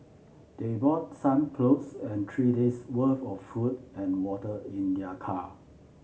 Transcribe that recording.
they brought some clothes and three days' worth of food and water in their car